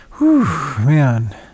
Man